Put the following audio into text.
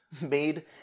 made